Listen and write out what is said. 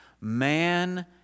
Man